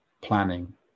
planning